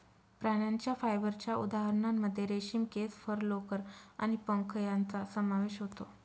प्राण्यांच्या फायबरच्या उदाहरणांमध्ये रेशीम, केस, फर, लोकर आणि पंख यांचा समावेश होतो